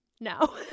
No